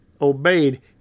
obeyed